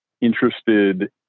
interested